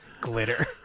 Glitter